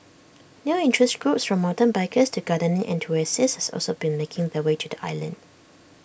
new interest groups from mountain bikers to gardening enthusiasts also been making their way to the island